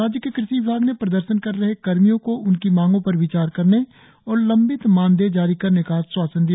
राज्य के कृषि विभाग ने प्रदर्शन कर रहे कर्मियों को उनकी मांगो पर विचार करने और लंबित मानदेय जारी करने का आश्वासन दिया